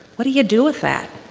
what do you do with that?